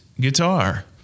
guitar